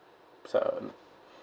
uh